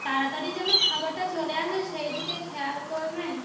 তাড়াতাড়ি যেন খাবারটা চলে আসে সেই দিকে খেয়াল করবেন